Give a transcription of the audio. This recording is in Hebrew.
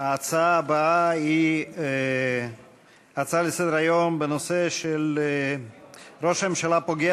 ההצעה הבאה היא הצעה לסדר-היום בנושא: ראש הממשלה פוגע